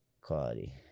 quality